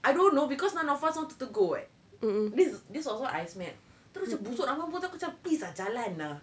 I don't know because none of us wanted to go eh this this was what I smelt terus macam busuk nak mampus lepas tu aku macam please lah jalan ah